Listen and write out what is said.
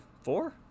four